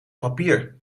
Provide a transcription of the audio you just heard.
papier